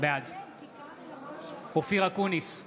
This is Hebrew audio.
בעד אופיר אקוניס,